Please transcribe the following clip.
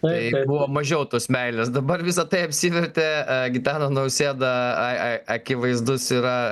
tai buvo mažiau tos meilės dabar visa tai apsivertė gitana nausėda a a akivaizdus yra